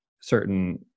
certain